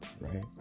Right